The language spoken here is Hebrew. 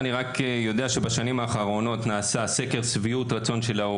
יש פה הורים שיושבים סביב השולחן, שבאו